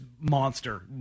monster